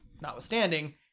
notwithstanding